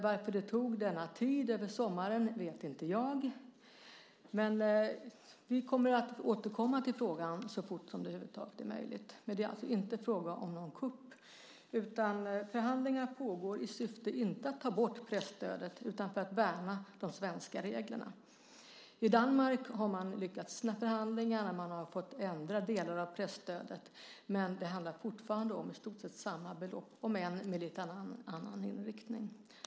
Varför det tog denna tid, över sommaren, vet jag inte. Men vi kommer att återkomma till frågan så fort det över huvud taget är möjligt. Men det är alltså inte fråga om en kupp. Förhandlingar pågår - inte i syfte att ta bort presstödet utan för att värna de svenska reglerna. I Danmark har man lyckats med förhandlingarna. Man har fått ändra delar av presstödet, men det handlar fortfarande om i stort sett samma belopp om än med en lite annan inriktning.